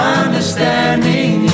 understanding